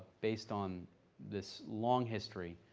based on this long history,